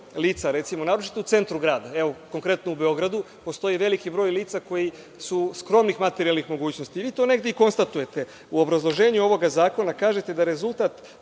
lica, naročito u centru grada, evo, konkretno u Beogradu postoji veliki broj lica koja su skromnih materijalnih mogućnosti. Vi to negde i konstatujete. U obrazloženju ovog zakona kažete da rezultat